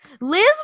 Liz